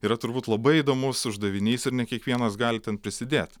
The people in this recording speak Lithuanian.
yra turbūt labai įdomus uždavinys ir ne kiekvienas gali ten prisidėt